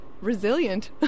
resilient